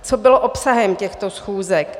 Co bylo obsahem těchto schůzek.